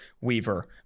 Weaver